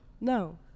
no